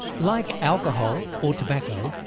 like alcohol or tobacco,